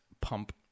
pump